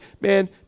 man